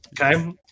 Okay